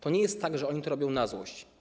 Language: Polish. To nie jest tak, że oni to robią na złość.